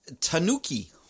Tanuki